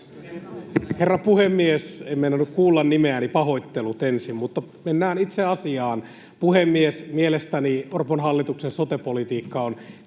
Herra puhemies! En meinannut kuulla nimeäni, pahoittelut ensin. Mutta mennään itse asiaan. Puhemies! Mielestäni Orpon hallituksen sote-politiikka on